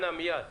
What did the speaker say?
דנה, מייד.